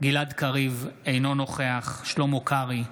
גלעד קריב, אינו נוכח שלמה קרעי,